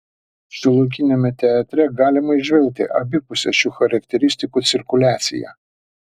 šiuolaikiniame teatre galima įžvelgti abipusę šių charakteristikų cirkuliaciją